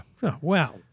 Wow